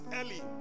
early